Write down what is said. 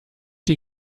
die